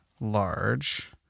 large